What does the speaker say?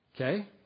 Okay